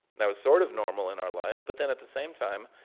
that was sort of normal in our life, but then at the same time,